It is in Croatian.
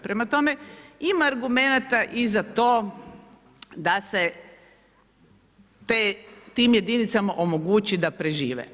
Prema tome, ima argumenata i za to da se tim jedinicama omogući da prežive.